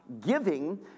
giving